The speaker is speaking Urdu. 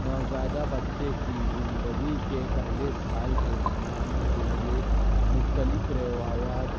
نو زائیدہ بچے کی زندگی کے پہلے سال کو منانے کے لیے مختلف روایات